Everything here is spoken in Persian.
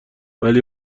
ولی